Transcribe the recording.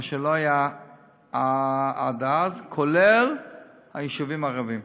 מה שלא היה עד אז, כולל היישובים הערביים,